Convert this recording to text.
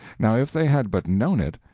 now, if they had but known it,